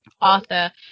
arthur